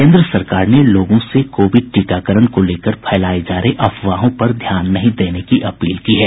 केन्द्र सरकार ने लोगों से कोविड टीकाकरण को लेकर फैलाये जा रहे अफवाहों पर ध्यान नहीं देने की अपील की है